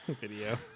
video